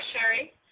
Sherry